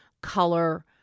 Color